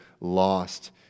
lost